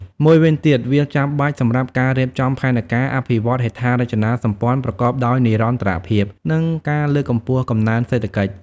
មួយវិញទៀត វាចាំបាច់សម្រាប់ការរៀបចំផែនការអភិវឌ្ឍន៍ហេដ្ឋារចនាសម្ព័ន្ធប្រកបដោយនិរន្តរភាព និងការលើកកម្ពស់កំណើនសេដ្ឋកិច្ច។